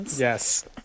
Yes